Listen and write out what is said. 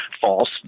false